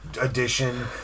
edition